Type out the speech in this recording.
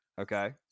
okay